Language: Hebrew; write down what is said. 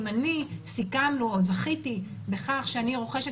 אם סיכמנו או זכיתי בכך שאני רוכשת